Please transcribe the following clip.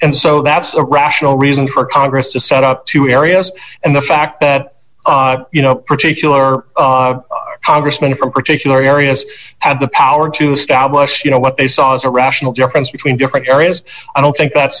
and so that's a rational reason for congress to set up two areas and the fact that you know particular august mean for particular areas have the power to stablish you know what they saw as a rational difference between different areas i don't think that's